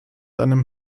einem